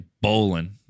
bowling